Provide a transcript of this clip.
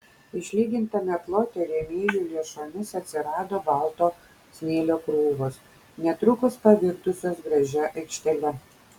išlygintame plote rėmėjų lėšomis atsirado balto smėlio krūvos netrukus pavirtusios gražia aikštele